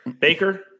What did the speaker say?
Baker